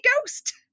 ghost